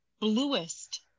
bluest